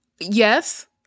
Yes